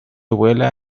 vuela